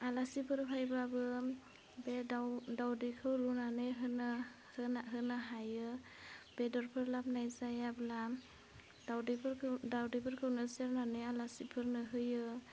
आलासिफोर फैबाबो बे दाउ दावदैखौ रुनानै होनो होना होनो हायो बेदरफोर लाबोनाय जायाब्ला दावदैफोरखौ दावदैफोरखौनो जिरनानै आलासिफोरनो होयो